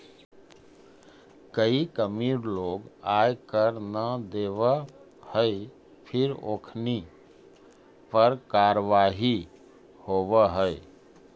कईक अमीर लोग आय कर न देवऽ हई फिर ओखनी पर कारवाही होवऽ हइ